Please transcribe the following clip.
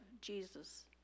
Jesus